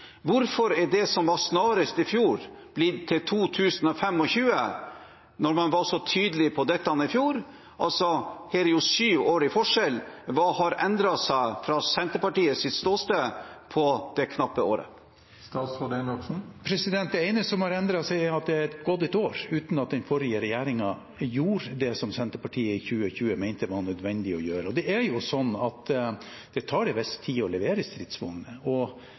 Hvorfor er det som var «snarest» i fjor, blitt til 2025 når man var så tydelig på dette i fjor – det er altså syv år i forskjell. Hva har endret seg fra Senterpartiets ståsted på det knappe året? Det ene som har endret seg, er at det har gått ett år uten at den forrige regjeringen gjorde det Senterpartiet i 2020 mente var nødvendig å gjøre. Det tar en viss tid å levere stridsvogner, og jo nærmere man kommer 2025 før det blir igangsatt, jo vanskeligere er det